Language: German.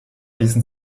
diesen